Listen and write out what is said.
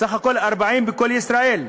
סך הכול 40 בכל ישראל,